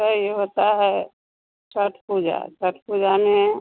होता है छठ पूजा छठ पूजा में